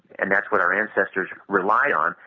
and that's what our ancestors rely on,